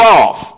off